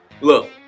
look